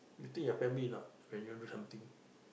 you think your family not you do something